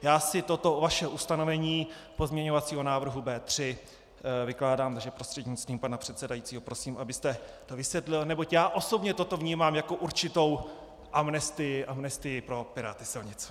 Já si toto vaše ustanovení pozměňovacího návrhu B3 takto vykládám a prostřednictvím pana předsedajícího prosím, abyste to vysvětlil, neboť já osobně toto vnímám jako určitou amnestii pro piráty silnic.